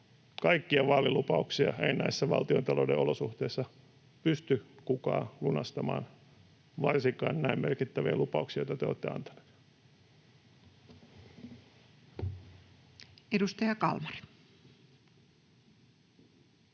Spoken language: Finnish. Kaikkia vaalilupauksia ei näissä valtiontalouden olosuhteissa pysty kukaan lunastamaan, varsinkaan näin merkittäviä lupauksia, joita te olette antaneet. [Speech 205]